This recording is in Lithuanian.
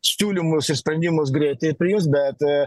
siūlymus ir sprendimus greitai priims bet